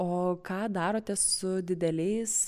o ką darote su dideliais